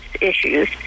issues